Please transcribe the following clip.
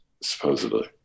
supposedly